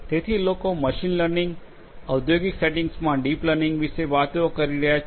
તેથી લોકો machine learning ઓંદ્યોગિક સેટિંગ્સમાં ડીપ લર્નિંગ વિશે વાતો કરી રહ્યા છે